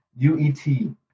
UET